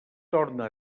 torna